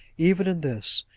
even in this,